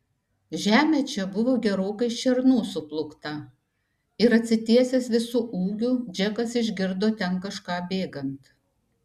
žemė čia buvo gerokai šernų suplūkta ir atsitiesęs visu ūgiu džekas išgirdo ten kažką bėgant